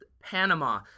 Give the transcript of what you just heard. panama